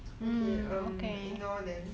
okay um ignore then